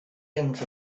into